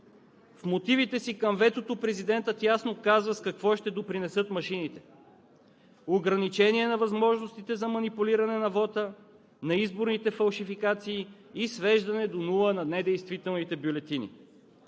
В мотивите си към ветото президентът ясно казва с какво ще допринесат машините – ограничение на възможностите за манипулиране на вота, на изборните фалшификации и свеждане до нула на недействителните бюлетини.